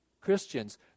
Christians